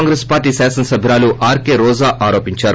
Congress party హాస్సనసభ్యురాలు RK Roja ఆరోపించారు